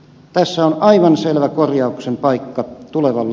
tässä on aivan selvä korjauksen paikka tulevan